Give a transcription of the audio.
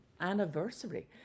anniversary